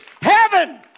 heaven